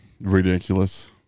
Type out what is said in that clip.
Ridiculous